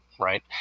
Right